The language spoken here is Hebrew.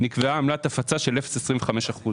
נקבעה עמלת הפצה של 0.25 אחוז